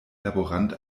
laborant